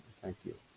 thank you.